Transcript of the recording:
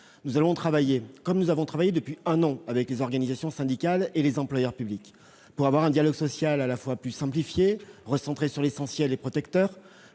Nous allons travailler, comme nous l'avons fait depuis un an, avec les organisations syndicales et les employeurs publics, pour mettre en place un dialogue social à la fois plus simplifié, recentré sur l'essentiel et protecteur,